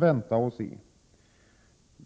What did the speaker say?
vänta och se.